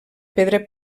pedra